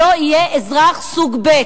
שתושביהם לא יהיו אזרחים סוג ב'.